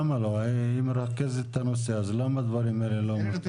היא מרכזת את הנושא, אז למה לא?